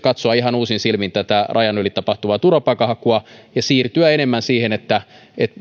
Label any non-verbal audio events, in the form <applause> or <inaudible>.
<unintelligible> katsoa ihan uusin silmin tätä rajan yli tapahtuvaa turvapaikanhakua ja siirtyä enemmän siihen että